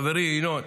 חברי ינון,